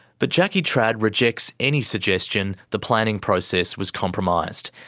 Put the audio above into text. but jackie trad rejects any suggestion the planning process was compromised.